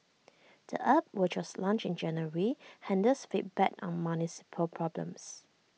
the app which was launched in January handles feedback on municipal problems